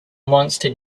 monster